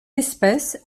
espèce